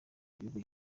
ikintu